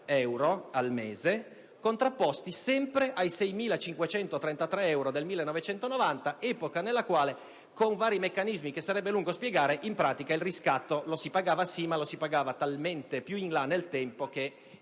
va sempre contrapposta ai 6.533 euro del 1990, epoca nella quale, con vari meccanismi che sarebbe lungo spiegare, in pratica il riscatto lo si pagava sì, ma talmente più in là nel tempo che